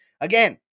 Again